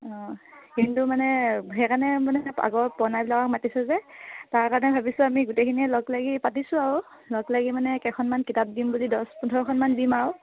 অঁ কিন্তু মানে সেইকাৰণে মানে আগৰ পুৰণাবিলাকক মাতিছে যে তাৰ কাৰণে ভাবিছোঁ আমি গোটেইখিনিয়ে লগ লাগি পাতিছোঁ আৰু লগ লাগি মানে কেইখনমান কিতাপ দিম বুলি দহ পোন্ধৰখনমান দিম আৰু